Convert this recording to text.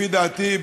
לפי דעתי,